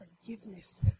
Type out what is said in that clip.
forgiveness